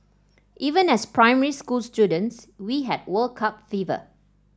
even as primary school students we had World Cup fever